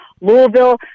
Louisville